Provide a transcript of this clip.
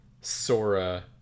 Sora